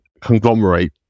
conglomerate